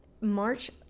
march